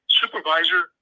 supervisor